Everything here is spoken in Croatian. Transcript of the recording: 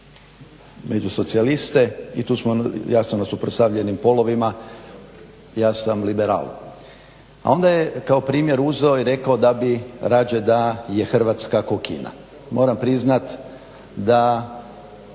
među socijaliste i tu smo jasno na suprotstavljenim polovima. Ja sam liberal. A onda je kao primjer uzeo i rekao da bi rađe da je Hrvatska ko Kina. Moram priznat da